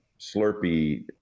Slurpee